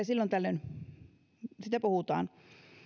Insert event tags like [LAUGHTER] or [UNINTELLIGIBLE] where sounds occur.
[UNINTELLIGIBLE] silloin tällöin puhutaan